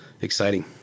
exciting